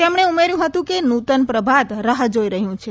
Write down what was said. તેમણે ઉમેર્યું હતું કે નૂતન પ્રભાત રાહ જોઈ રહ્યું છે